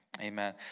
Amen